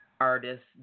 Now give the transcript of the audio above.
artists